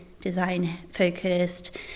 design-focused